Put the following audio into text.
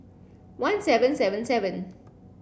one seven seven seven